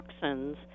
toxins